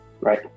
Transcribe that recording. Right